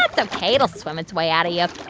ah ok. it'll swim its way out of you yeah